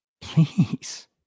Please